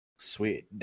Sweet